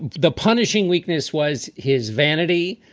the punishing weakness was his vanity.